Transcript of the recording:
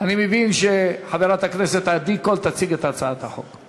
אני מבין שחברת הכנסת עדי קול תציג את הצעת החוק.